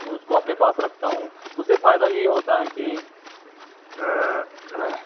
میں اس کو اپنے پاس رکھتا ہوں اس سے فائدہ یہ ہوتا ہے کہ